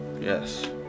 Yes